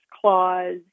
clause